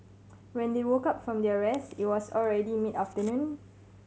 when they woke up from their rest it was already mid afternoon